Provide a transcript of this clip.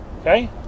Okay